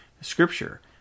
scripture